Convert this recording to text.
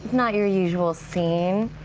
not your usual scene.